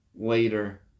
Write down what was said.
later